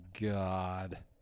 God